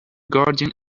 guardian